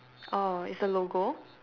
oh it's a logo